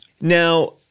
Now